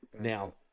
Now